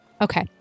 Okay